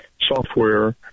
software